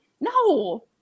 No